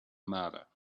matter